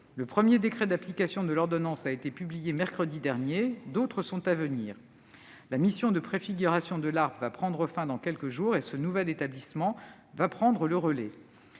Le premier décret d'application de l'ordonnance a été publié mercredi dernier. D'autres le seront prochainement. La mission de préfiguration de l'ARPE prendra fin dans quelques jours, le nouvel établissement prenant ensuite le relais.